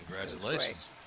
Congratulations